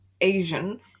Asian